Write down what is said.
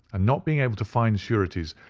and not being able to find sureties,